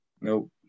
Nope